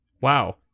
wow